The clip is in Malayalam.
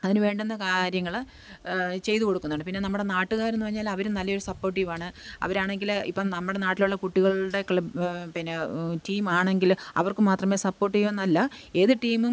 അതിനു വേണ്ടുന്ന കാര്യങ്ങൾ ചെയ്തു കൊടുക്കുന്നുണ്ട് പിന്നെ നമ്മുടെ നാട്ടുകാരെന്ന് പറഞ്ഞാൽ അവരും നല്ല ഒരു സപ്പോട്ടീവ് ആണ് അവരാണെങ്കിൽ ഇപ്പം നമ്മുടെ നാട്ടിലുള്ള കുട്ടികളുടെ പിന്നെ ടീമാണെങ്കിൽ അവർക്ക് മാത്രമേ സപ്പോട്ട് ചെയ്യും എന്നല്ല ഏത് ടീമും